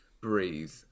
breathe